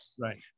right